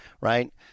right